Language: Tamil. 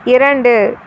இரண்டு